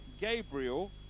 Gabriel